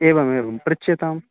एवमेवं पृच्यतां